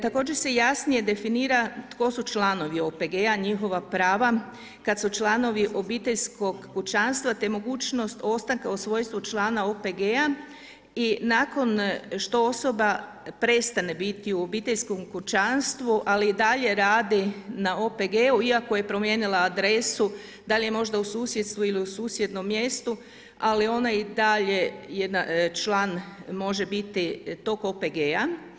Također se jasnije definira tko su članovi OPG-a, njihova prava kad su članovi obiteljskog kućanstva, te mogućnost ostanka u svojstvu člana OPG-a i nakon što osoba prestane biti u obiteljskom kućanstvu, ali i dalje radi na OPG-u iako je promijenila adresu, da li je možda u susjedstvu ili susjednom mjestu, ali ona i dalje je član može biti tog OPG-a.